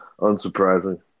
unsurprising